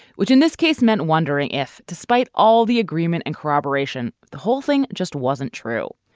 which in this case meant wondering if despite all the agreement and corroboration, the whole thing just wasn't true.